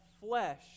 flesh